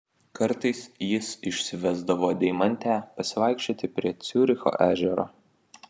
kartais jis išsivesdavo deimantę pasivaikščioti prie ciuricho ežero